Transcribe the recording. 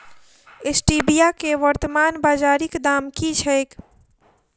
Stevia केँ वर्तमान बाजारीक दाम की छैक?